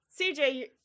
CJ